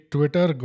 Twitter